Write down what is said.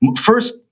First